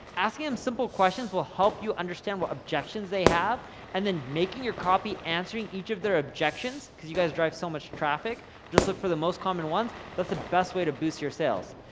asking them simple questions will help you understand what objections they have and then making your copy, answering each of their objections, because you drive so much traffic, just look for the most common ones, that's the best way to boost your sales.